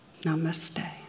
Namaste